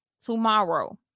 tomorrow